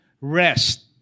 rest